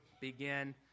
begin